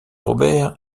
robert